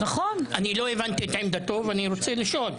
אני לא הבנתי את עמדתו ואני רוצה לשאול.